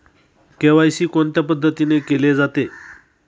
KYC कोणत्या पद्धतीने केले जाते?